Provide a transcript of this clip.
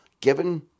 given